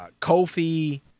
Kofi